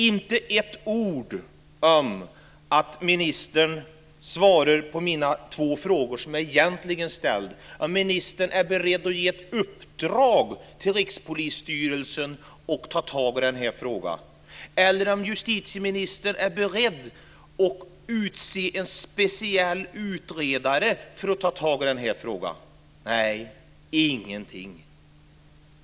Inte ett ord om att ministern svarar på mina två frågor som jag ställt, om ministern är beredd att ge ett uppdrag till Rikspolisstyrelsen att ta tag i den här frågan eller om justitieministern är beredd att utse en speciell utredare för att ta tag i frågan - nej, ingenting.